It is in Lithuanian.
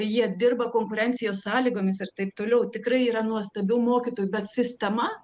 jie dirba konkurencijos sąlygomis ir taip toliau tikrai yra nuostabių mokytojų bet sistema